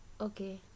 okay